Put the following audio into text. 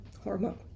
hormone